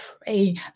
pray